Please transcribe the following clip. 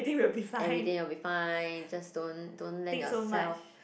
everything will be fine just don't don't lend yourself